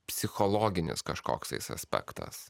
psichologinis kažkoks tais aspektas